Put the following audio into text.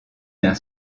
d’un